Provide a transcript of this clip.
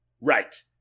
Right